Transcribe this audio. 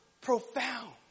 profound